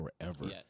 forever